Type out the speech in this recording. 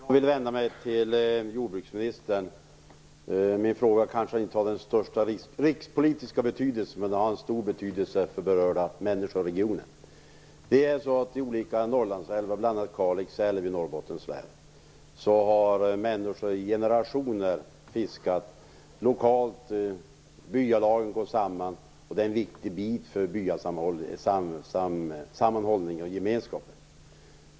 Fru talman! Jag vill vända mig till jordbruksministern. Min fråga kanske inte har den största rikspolitiska betydelse, men den har stor betydelse för berörda människor i regionen. I olika norrlandsälvar, bl.a. Kalix älv i Norrbottens län, har människor i generationer fiskat lokalt. Byalagen har gått samman. Det är viktigt för bysammanhållningen och gemenskapen.